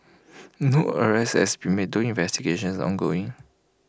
no arrests has been made though investigations are ongoing